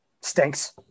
stinks